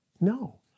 No